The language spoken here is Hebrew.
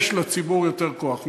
יש לציבור יותר כוח.